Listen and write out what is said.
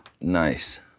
Nice